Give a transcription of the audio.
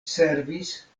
servis